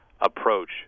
approach